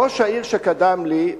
ראש העיר שקדם לי,